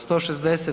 160.